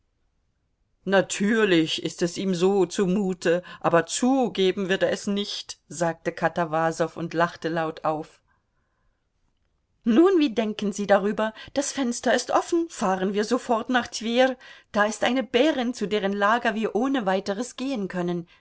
natürlich ist ihm so zumute aber zugeben wird er es nicht sagte katawasow und lachte laut auf nun wie denken sie darüber das fenster ist offen fahren wir sofort nach twer da ist eine bärin zu deren lager wir ohne weiteres gehen können